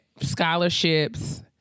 scholarships